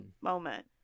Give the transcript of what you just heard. moment